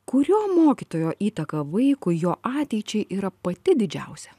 kurio mokytojo įtaka vaikui jo ateičiai yra pati didžiausia